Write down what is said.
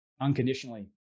unconditionally